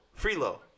Freelo